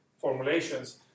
formulations